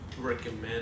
recommend